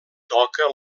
toca